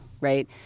right